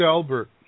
Albert